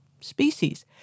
species